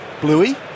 Bluey